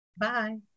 Bye